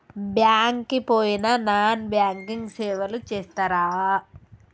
Bank కి పోయిన non banking సేవలు చేస్తరా?